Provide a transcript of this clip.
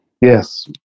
Yes